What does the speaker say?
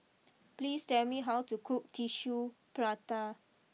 please tell me how to cook Tissue Prata